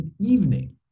evening